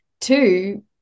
two